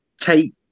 take